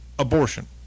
Abortion